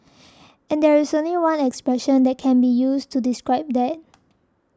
and there's only one expression that can be used to describe that